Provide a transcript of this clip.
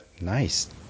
nice